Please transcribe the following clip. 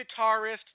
guitarist